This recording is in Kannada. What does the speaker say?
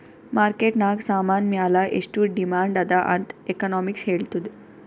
ಮಾರ್ಕೆಟ್ ನಾಗ್ ಸಾಮಾನ್ ಮ್ಯಾಲ ಎಷ್ಟು ಡಿಮ್ಯಾಂಡ್ ಅದಾ ಅಂತ್ ಎಕನಾಮಿಕ್ಸ್ ಹೆಳ್ತುದ್